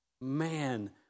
Man